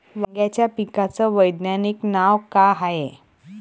वांग्याच्या पिकाचं वैज्ञानिक नाव का हाये?